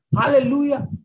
Hallelujah